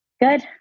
Good